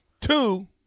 Two